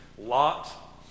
Lot